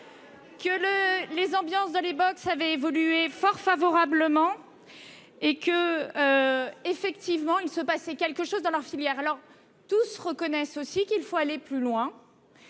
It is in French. que les ambiances dans les box avaient évolué fort favorablement et qu'il se passait quelque chose dans leur filière. Tous reconnaissent aussi qu'il faut aller plus loin,